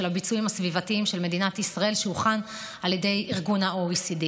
הביצועים הסביבתיים של מדינת ישראל שהוכן על ידי ה-OECD.